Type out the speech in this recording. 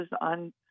on